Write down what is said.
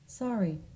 Sorry